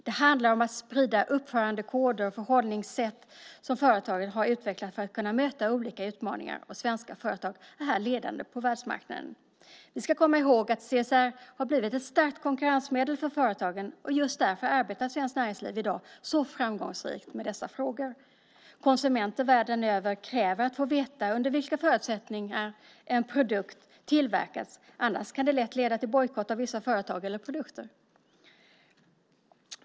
Det handlar om att sprida uppförandekoder och förhållningssätt som företagen har utvecklat för att kunna möta olika utmaningar, och svenska företag är här ledande på världsmarknaden. Vi ska komma ihåg att CSR har blivit ett starkt konkurrensmedel för företagen. Just därför arbetar svenskt näringsliv i dag så framgångsrikt med dessa frågor. Konsumenter världen över kräver att få veta under vilka förutsättningar en produkt tillverkats. Annars kan det lätt leda till bojkott av vissa företag eller produkter.